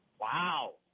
Wow